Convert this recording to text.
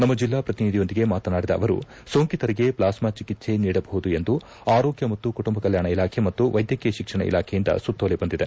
ನಮ್ಮ ಜಿಲ್ಲಾ ಪ್ರತಿನಿಧಿಯೊಂದಿಗೆ ಮಾತನಾಡಿದ ಅವರು ಸೋಂಕಿತರಿಗೆ ಪ್ಲಾಸ್ತಾ ಚಿಕಿತ್ಸೆ ನೀಡಬಹುದು ಎಂದು ಆರೋಗ್ಯ ಮತ್ತು ಕುಟುಂಬ ಕಲ್ಕಾಣ ಇಲಾಖೆ ಮತ್ತು ವೈದ್ಯಕೀಯ ಶಿಕ್ಷಣ ಇಲಾಖೆಯಿಂದ ಸುತ್ತೋಲೆ ಬಂದಿದೆ